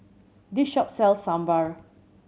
this shop sells Sambar